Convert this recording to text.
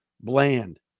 Bland